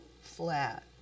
flat